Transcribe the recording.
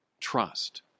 trust